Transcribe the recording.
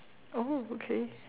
oh okay